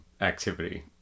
activity